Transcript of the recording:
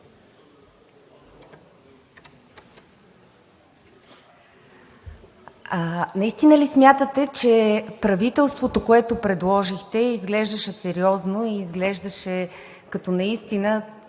Наистина ли смятате, че правителството, което предложихте, изглеждаше сериозно и изглеждаше като сериозен